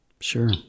Sure